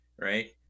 right